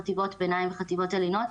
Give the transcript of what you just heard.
חטיבות ביניים וחטיבות עליונות,